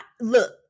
look